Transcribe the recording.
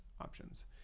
options